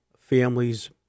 families